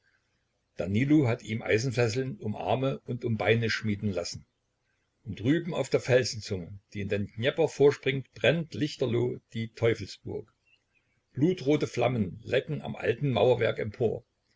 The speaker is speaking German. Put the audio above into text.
danilo hat ihm eisenfesseln um arme und um beine schmieden lassen und drüben auf der felsenzunge die in den dnjepr vorspringt brennt lichterloh die teufelsburg blutrote flammen lecken am alten mauerwerk empor